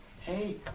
Hey